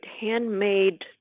handmade